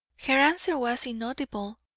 her answer was inaudible.